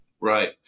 right